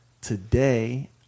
Today